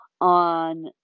on